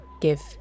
GIVE